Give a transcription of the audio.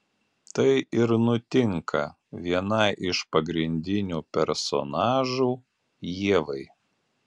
tai ir nutinka vienai iš pagrindinių personažų ievai